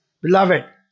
Beloved